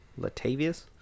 Latavius